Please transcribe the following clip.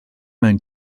mewn